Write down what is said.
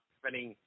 spending